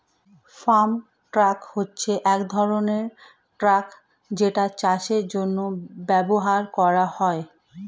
farm truck হচ্ছে এক ধরনের ট্রাক যেটা চাষের জন্য ব্যবহার করা হয়